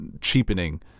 cheapening